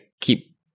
keep